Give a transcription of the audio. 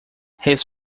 his